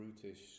brutish